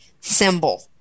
symbol